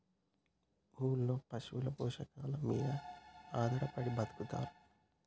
ఊర్లలో పశు పోషణల మీద ఆధారపడి బతుకుతారు